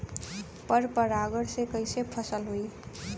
पर परागण से कईसे फसल होई?